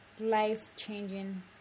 life-changing